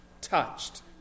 touched